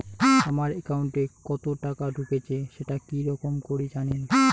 আমার একাউন্টে কতো টাকা ঢুকেছে সেটা কি রকম করি জানিম?